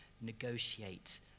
negotiate